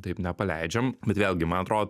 taip nepaleidžiam bet vėlgi man atrodo